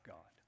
God